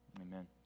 Amen